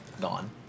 Gone